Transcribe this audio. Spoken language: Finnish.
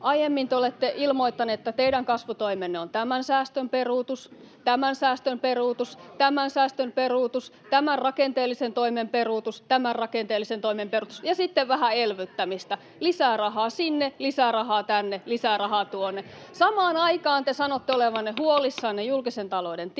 Aiemmin te olette ilmoittaneet, että teidän kasvutoimenne on tämän säästön peruutus, tämän säästön peruutus, tämän säästön peruutus, tämän rakenteellisen toimen peruutus, tämän rakenteellisen toimen peruutus, ja sitten vähän elvyttämistä: lisää rahaa sinne, lisää rahaa tänne, lisää rahaa tuonne. Samaan aikaan te sanotte olevanne huolissanne julkisen talouden tilasta,